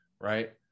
right